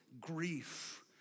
grief